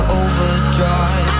overdrive